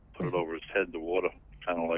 put it over his head. the water kind of, like,